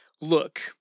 look